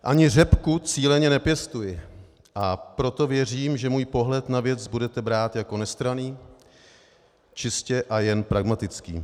Ani řepku cíleně nepěstuji, a proto věřím, že můj pohled na věc budete brát jako nestranný, čistě a jen pragmatický.